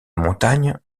montagnes